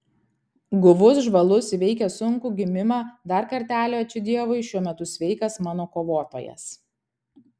guvus žvalus įveikęs sunkų gimimą dar kartelį ačiū dievui šiuo metu sveikas mano kovotojas